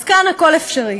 אז כאן הכול אפשרי.